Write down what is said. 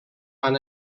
han